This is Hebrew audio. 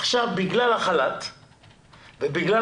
עכשיו, בגלל החל"ת והמשבר